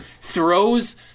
throws